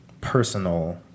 personal